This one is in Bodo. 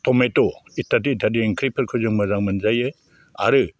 टमेट' इटादि इटादि ओंख्रिफोरखौ जों मोजां मोनजायो आरो